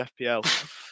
FPL